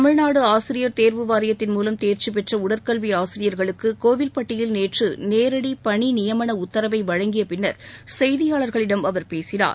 தமிழ்நாடு ஆசிரியர் தேர்வு வாரியத்தின் மூலம் தேர்ச்சிப் பெற்ற உடற்கல்வி ஆசிரியர்களுக்கு கோவில்பட்டியில் நேற்று நேரடி பணி நியமன உத்தரவை வழங்கிய பின்னர் செய்தியாளர்களிடம் அவர் பேசினார்